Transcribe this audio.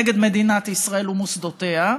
נגד מדינת ישראל ומוסדותיה.